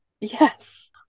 yes